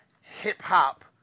hip-hop